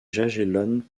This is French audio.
jagellonne